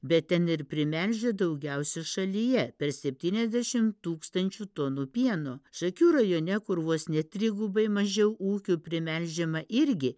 bet ten ir primelžia daugiausia šalyje per septyniasdešim tūkstančių tonų pieno šakių rajone kur vos ne trigubai mažiau ūkių primelžiama irgi